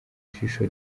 jisho